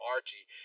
Archie